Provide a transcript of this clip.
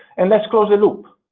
and let's close the loop.